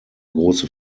große